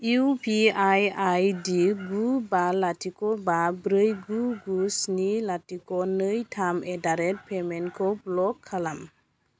UPI आईदि गु बा लाथिख' बा ब्रै गु गु स्नि लाथिख' नै थाम एडारेट पेमेन्टखौ ब्ल'क खालाम